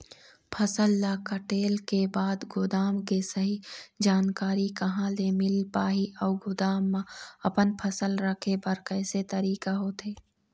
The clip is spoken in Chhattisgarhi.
फसल ला कटेल के बाद गोदाम के सही जानकारी कहा ले मील पाही अउ गोदाम मा अपन फसल रखे बर कैसे तरीका होथे?